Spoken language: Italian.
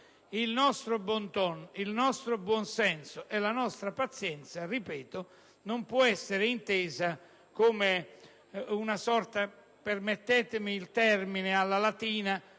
Il nostro *bon ton*, il nostro buon senso e la nostra pazienza - ripeto - non possono essere intesi come una sorta - permettetemi il termine alla latina